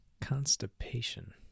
Constipation